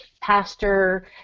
pastor